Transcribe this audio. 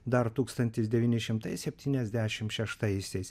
dar tūkstantis devyni šimtai septyniasdešim šeštaisiais